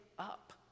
up